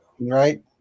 right